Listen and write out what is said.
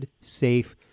safe